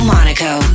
Monaco